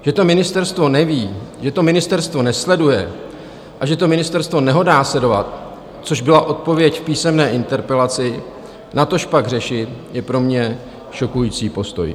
Že to ministerstvo neví, že to ministerstvo nesleduje a že to ministerstvo nehodlá sledovat, což byla odpověď v písemné interpelaci, natožpak řešit, je pro mě šokující pokoj.